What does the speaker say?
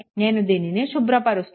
నేను దీనిని శుభ్రపరుస్తాను